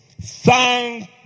Thank